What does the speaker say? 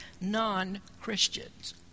non-Christians